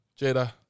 Jada